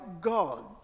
God